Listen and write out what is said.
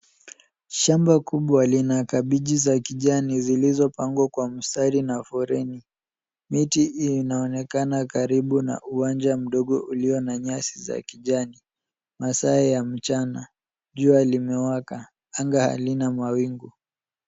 Shamba kubwa lina kabiji za kijani zilizopangwa kwa mstari na foleni. Miti hiyo inaonekana karibu na uwanja mdogo ulio na nyasi za kijani. Masaa ya mchana. Jua limewaka. Anga halina mawingu.